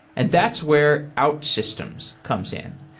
and that's where outsystems comes in.